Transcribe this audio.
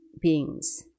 beings